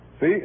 See